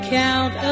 count